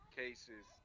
cases